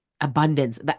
abundance